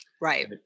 Right